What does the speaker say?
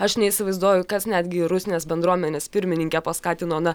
aš neįsivaizduoju kas netgi rusnės bendruomenės pirmininkę paskatino na